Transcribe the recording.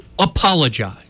apologize